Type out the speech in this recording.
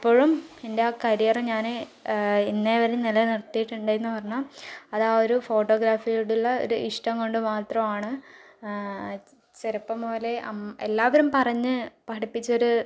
ഇപ്പോഴും എൻ്റെ ആ കരിയർ ഞാൻ ഇന്നേവരെ നിലനിർത്തിയിട്ടുണ്ട് എന്ന് പറഞ്ഞാൽ അത് ആ ഒരു ഫോട്ടോഗ്രഫിയോടുള്ള ഒരു ഇഷ്ടം കൊണ്ട് മാത്രമാണ് ചെറുപ്പം മുതലേ അമ്മ എല്ലാവരും പറഞ്ഞ് പഠിപ്പിച്ചൊരു